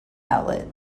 outlet